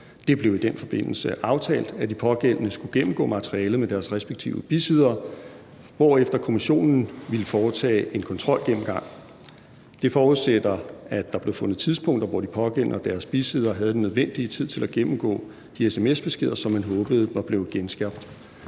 Det blev i den forbindelse aftalt, at de pågældende skulle gennemgå materialet med deres respektive bisiddere, hvorefter kommissionen ville foretage en kontrolgennemgang. Det forudsætter, at der blev fundet tidspunkter, hvor de pågældende og deres bisiddere havde den nødvendige tid til at gennemgå de sms-beskeder, som man håbede var blevet genskabt.